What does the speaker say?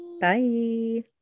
bye